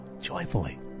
joyfully